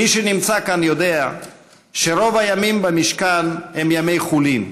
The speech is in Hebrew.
מי שנמצא כאן יודע שרוב הימים במשכן הם ימי חולין,